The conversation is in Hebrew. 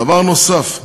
דבר נוסף שאין,